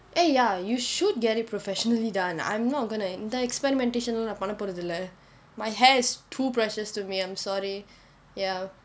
!aiya! you should get it professionally done I'm not gonna இந்த:intha experimentation எல்லாம் நான் பண்ண போறது இல்லே:ellaam naan panna porathu illae my hair is too precious to me I'm sorry ya